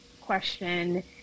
question